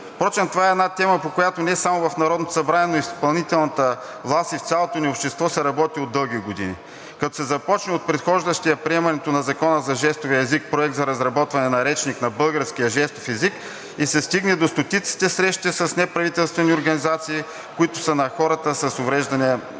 Впрочем това е една тема, по която не само в Народното събрание, но и в изпълнителната властта, и в цялото ни общество се работи от дълги години, като се започне от предхождащия приемането на Закона за жестовия език проект за разработване на речник на български жестов език и се стигне до стотиците срещи с неправителствени организации, които са на хората с увреден